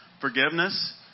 forgiveness